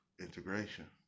integration